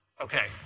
Okay